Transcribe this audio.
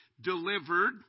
delivered